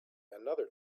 another